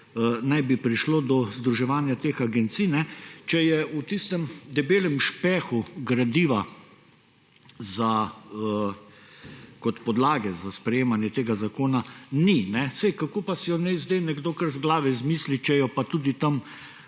naj bi prišlo do združevanja teh agencij, če je v tistem debelem špehu gradiva kot podlage za sprejemanje tega zakona ni. Kako pa si jo naj zdaj nekdo kar iz glave izmisli, če je pa tudi tam